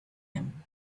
him